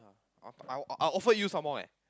I thought I I offered you some more eh